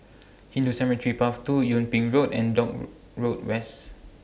Hindu Cemetery Path two Yung Ping Road and don't Road Rice